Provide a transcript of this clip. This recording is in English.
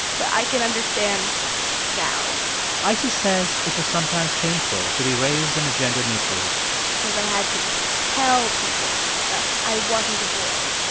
but i can understand now isis says it was sometimes painful to be raised in a gender-neutral way because i had to tell people that i wasn't a boy,